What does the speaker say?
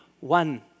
One